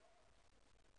תודה.